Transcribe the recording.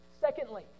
Secondly